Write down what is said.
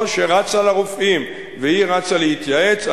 זאת שרצה לרופאים והיא רצה להתייעץ.